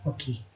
Okay